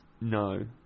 No